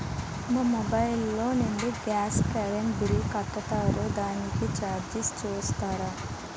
మా మొబైల్ లో నుండి గాస్, కరెన్ బిల్ కడతారు దానికి చార్జెస్ చూస్తారా?